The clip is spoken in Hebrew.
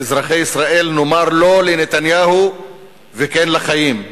אזרחי ישראל, נאמר לא לנתניהו וכן לחיים,